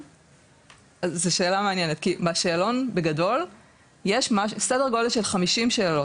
זו שאלה מעניינת כי בשאלון בגדול יש סדר גודל של 50 שאלות,